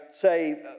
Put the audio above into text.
say